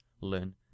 learn